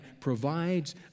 provides